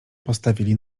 postawili